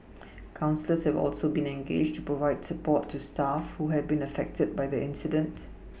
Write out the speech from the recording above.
counsellors have also been engaged to provide support to staff who have been affected by the incident